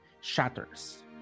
shatters